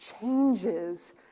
changes